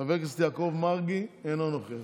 חבר הכנסת ישראל אייכלר, אינו נוכח,